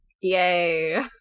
Yay